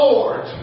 Lord